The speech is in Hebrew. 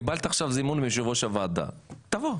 קיבלת עכשיו זימון מיושב-ראש הוועדה תבוא.